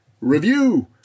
review